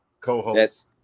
co-host